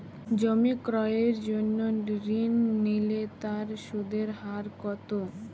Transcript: জমি ক্রয়ের জন্য ঋণ নিলে তার সুদের হার কতো?